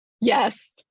Yes